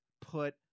put